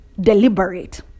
deliberate